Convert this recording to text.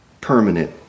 permanent